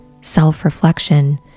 self-reflection